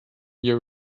year